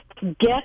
Get